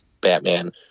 Batman